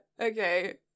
okay